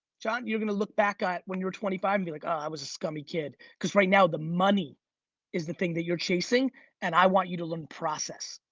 jon, you're gonna look back when you were twenty five and be like, i was a scummy kid cause right now the money is the thing that you're chasing and i want you to learn process.